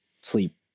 sleep